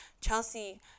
Chelsea